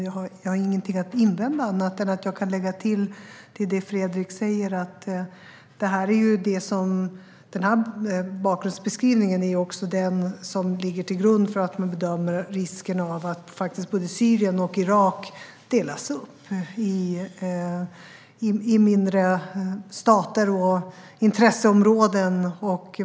Jag har ingenting att invända men kan tillägga till det Fredrik säger att bakgrundsbeskrivningen är den som ligger till grund för bedömningen att det finns en risk för att både Syrien och Irak delas upp i mindre stater och intresseområden.